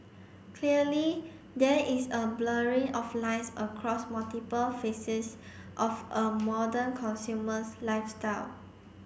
clearly there is a blurring of lines across multiple facets of a modern consumer's lifestyle